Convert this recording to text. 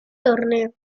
torneo